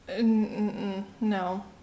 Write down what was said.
no